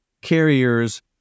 carriers